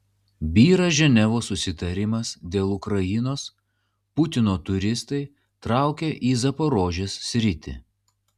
byra ženevos susitarimas dėl ukrainos putino turistai traukia į zaporožės sritį